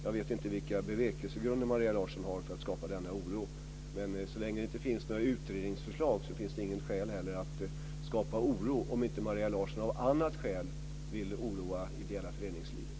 Jag vet inte vilka bevekelsegrunder som Maria Larsson har för att skapa denna oro. Men så länge det inte finns några utredningsförslag så finns det inte heller några skäl att skapa oro om inte Maria Larsson av något annat skäl vill oroa det ideella föreningslivet.